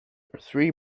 three